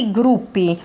gruppi